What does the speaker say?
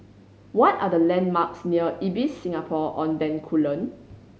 what are the landmarks near Ibis Singapore On Bencoolen